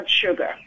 sugar